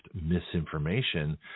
misinformation